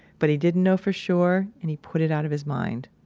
but he didn't know for sure and he put it out of his mind.